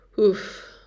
Oof